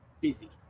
busy